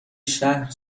شهر